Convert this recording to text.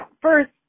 first